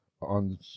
on